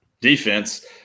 defense